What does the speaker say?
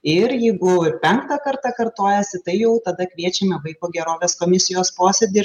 ir jeigu ir penktą kartą kartojasi tai jau tada kviečiame vaiko gerovės komisijos posėdį ir